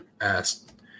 asked